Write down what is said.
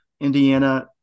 Indiana